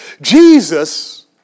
Jesus